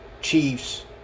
Chiefs